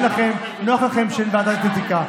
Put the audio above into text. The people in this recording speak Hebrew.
ונוח לכם שאין ועדת אתיקה,